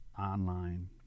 online